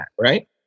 right